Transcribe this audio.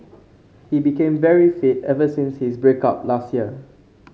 he became very fit ever since his break up last year